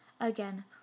Again